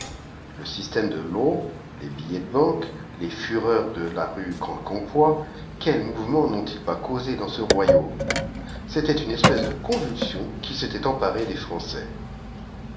le système de law les billets de banque les fureurs de la riie quiacatnpoix quels mouvements nont ils pas causés dans ce royaume c'était une espèce de convulsion qui s'était emparée des français